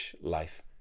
life